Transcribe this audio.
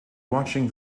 watching